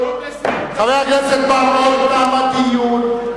חבר הכנסת בר-און, תם הדיון.